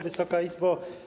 Wysoka Izbo!